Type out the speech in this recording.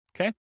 Okay